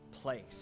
place